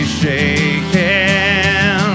shaken